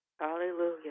Hallelujah